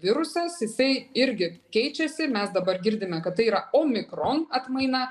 virusas jisai irgi keičiasi mes dabar girdime kad tai yra omnikron atmaina